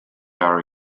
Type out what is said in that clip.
are